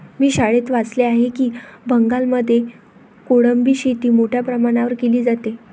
मी शाळेत वाचले आहे की बंगालमध्ये कोळंबी शेती मोठ्या प्रमाणावर केली जाते